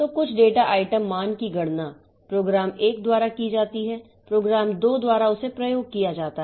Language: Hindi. तो कुछ डेटा आइटम मान की गणना प्रोग्राम 1 द्वारा की जाती है प्रोग्राम 2 द्वारा उसे प्रयोग किया जाता